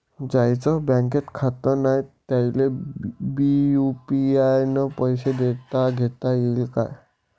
ज्याईचं बँकेत खातं नाय त्याईले बी यू.पी.आय न पैसे देताघेता येईन काय?